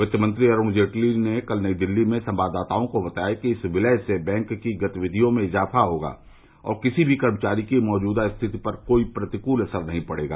वित्तमंत्री अरूण जेटली ने कल नई दिल्ली में संवाददातओं को बताया कि इस विलय से बैंक की गतिविधियों में इजाफा होगा और किसी भी कर्मचारी की मौजूदा स्थिति पर कोई प्रतिकूल असर नहीं पड़ेगा